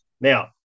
Now